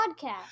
podcast